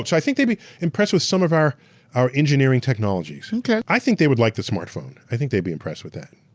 i think they'd be impressed with some of our our engineering technologies. yeah i think they would like the smartphone. i think they'd be impressed with that.